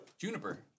Juniper